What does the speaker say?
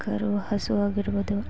ಕರು ಹಸುವಾಗಿರ್ಬೋದು